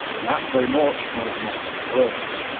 but that's very much how a democracy works.